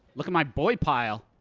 look at my boy pile.